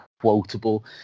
quotable